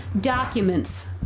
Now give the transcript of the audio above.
documents